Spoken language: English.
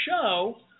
show